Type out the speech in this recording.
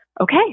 okay